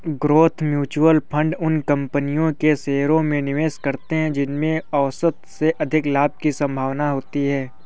growth mutual fund उन कंपनियों के शेयरों में निवेश करते हैं जिनमें औसत से अधिक लाभ की संभावना होती है